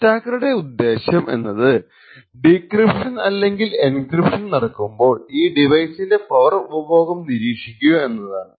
അറ്റാക്കറുടെ ഉദ്ദേശം എന്നത് ഡീക്രിപ്ഷൻ അല്ലെങ്കിൽ എൻക്രിപ്ഷൻ നടക്കുമ്പോൾ ഈ ഡിവൈസിന്റെ പവർ ഉപഭോഗം നിരീക്ഷിക്കുക എന്നതാണ്